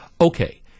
okay